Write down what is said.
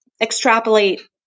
extrapolate